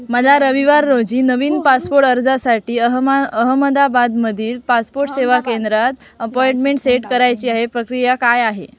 मला रविवार रोजी नवीन पासपोट अर्जासाठी अहमा अहमदाबादमधील पासपोट सेवा केंद्रात अपॉइंटमेंट सेट करायची आहे प्रक्रिया काय आहे